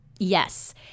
Yes